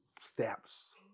Steps